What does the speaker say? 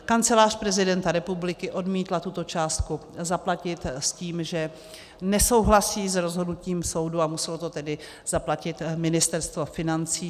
Kancelář prezidenta republiky odmítla tuto částku zaplatit s tím, že nesouhlasí s rozhodnutím soudu, a muselo to tedy zaplatit Ministerstvo financí.